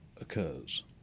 occurs